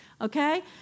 Okay